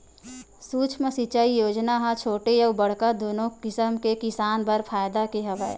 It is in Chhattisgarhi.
सुक्ष्म सिंचई योजना ह छोटे अउ बड़का दुनो कसम के किसान बर फायदा के हवय